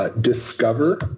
discover